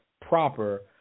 proper